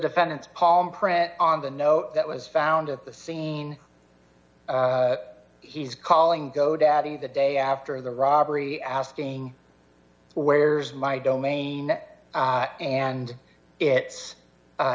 defendant's palm print on the note that was found at the scene he's calling go daddy d the day after the robbery asking where's my domain at and it's